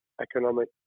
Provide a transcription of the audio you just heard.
economic